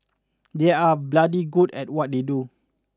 they are bloody good at what they do